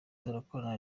turakorana